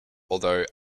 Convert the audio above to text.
although